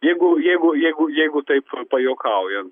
jeigu jeigu jeigu jeigu taip pajuokaujant